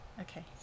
Okay